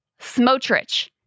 Smotrich